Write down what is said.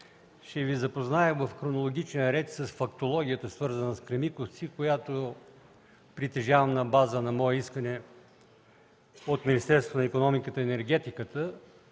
Ще Ви запозная в хронологичен ред с фактологията, свързана с „Кремиковци”, която притежавам на база на мое искане от Министерството на икономиката и енергетиката